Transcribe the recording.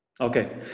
Okay